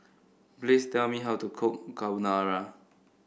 please tell me how to cook Carbonara